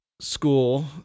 School